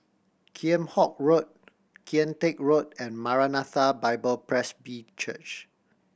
Kheam Hock Road Kian Teck Road and Maranatha Bible Presby Church